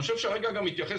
אני חושב שאבי ליכט התייחס,